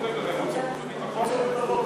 חוץ וביטחון.